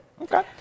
Okay